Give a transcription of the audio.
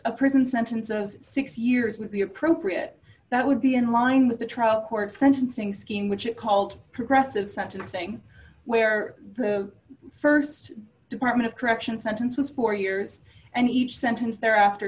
a prison sentence of six years would be appropriate that would be in line with the trial court's sentencing scheme which is called progressive sentencing where the st department of corrections sentences four years and each sentence there after